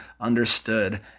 understood